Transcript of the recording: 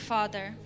Father